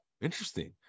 interesting